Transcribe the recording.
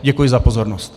Děkuji za pozornost.